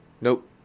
Nope